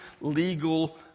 legal